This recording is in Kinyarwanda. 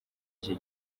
iki